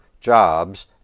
jobs